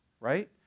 right